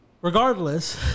Regardless